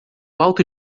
alto